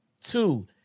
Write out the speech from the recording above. two